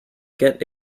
get